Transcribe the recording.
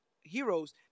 heroes